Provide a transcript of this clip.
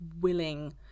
willing